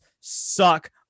suck